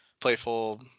playful